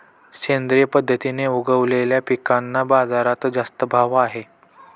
सेंद्रिय पद्धतीने उगवलेल्या पिकांना बाजारात जास्त भाव आहे